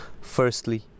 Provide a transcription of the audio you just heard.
firstly